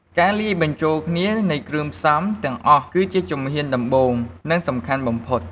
ការលាយបញ្ចូលគ្នានៃគ្រឿងផ្សំទាំងអស់ គឺជាជំហានដំបូង និងសំខាន់បំផុត។